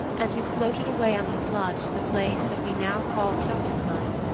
and who floated away on the flood to the place that we now call jotunheim,